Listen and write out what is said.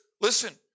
listen